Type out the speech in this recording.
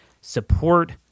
Support